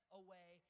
away